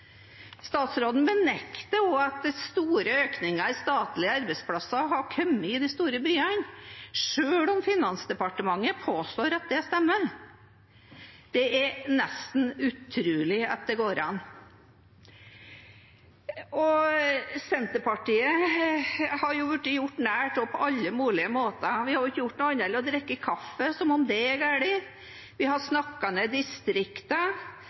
Statsråden benekter også at store økninger i statlige arbeidsplasser er kommet i de store byene, selv om Finansdepartementet påstår at det stemmer. Det er nesten utrolig at det går an. Senterpartiet har blitt gjort narr av på alle mulige måter. Vi har ikke gjort noe annet enn å drikke kaffe, som om det er galt. Vi har